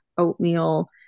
oatmeal